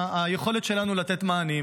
היכולת שלנו לתת מענים.